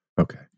Okay